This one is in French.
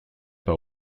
pas